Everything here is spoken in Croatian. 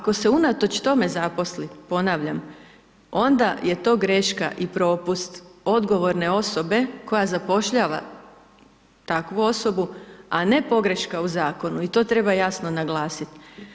Ako se unatoč tome zaposli, ponavljam, onda je to greška i propust odgovorne osobe koja zapošljava takvu osobu, a ne pogreška u Zakonu i to treba jasno naglasiti.